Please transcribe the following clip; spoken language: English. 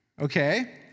Okay